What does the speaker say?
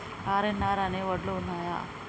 RNR అనే వడ్లు ఉన్నయా?